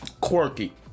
quirky